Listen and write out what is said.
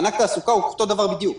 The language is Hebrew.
מענק תעסוקה הוא אותו הדבר בדיוק,